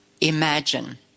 imagine